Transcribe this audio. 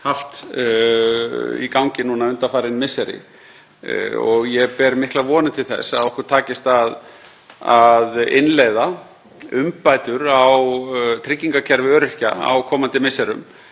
haft í gangi undanfarin misseri. Ég bind miklar vonir við að okkur takist að innleiða umbætur á tryggingakerfi öryrkja á komandi misserum